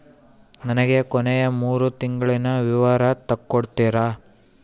ನನಗ ಕೊನೆಯ ಮೂರು ತಿಂಗಳಿನ ವಿವರ ತಕ್ಕೊಡ್ತೇರಾ?